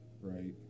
right